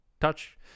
touch